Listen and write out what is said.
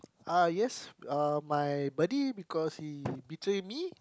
uh yes my uh buddy because he betrayed me